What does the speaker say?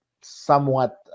somewhat